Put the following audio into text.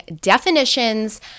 definitions